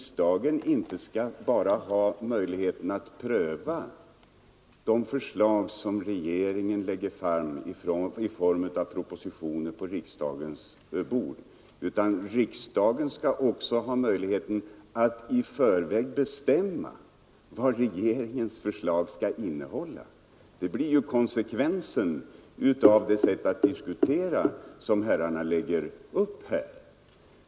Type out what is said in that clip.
skall ha möjlighet att pröva de förslag som regeringen lägger fram i form av propositioner på riksdagens bord, utan också skall ha möjlighet att i förväg bestämma vad regeringens förslag skall innehålla? Detta blir ju konsekvensen av herrarnas sätt att diskutera här.